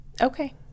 Okay